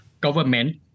government